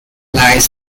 lies